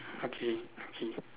okay okay